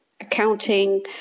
accounting